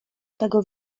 tego